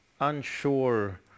unsure